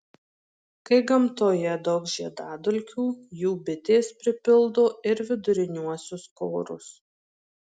kai gamtoje daug žiedadulkių jų bitės pripildo ir viduriniuosius korus